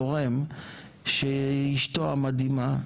תורם שאשתו המדהימה,